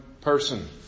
person